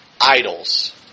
idols